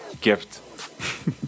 gift